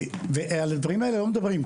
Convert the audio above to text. על הדברים האלה לא מדברים.